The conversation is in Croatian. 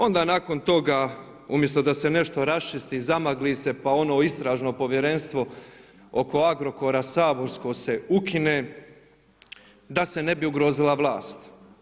Onda nakon toga umjesto da se nešto raščisti, zamagli se pa ono Istražno povjerenstvo oko Agrokora saborsko se ukine, da se ne bi ugrozila vlast.